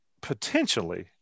potentially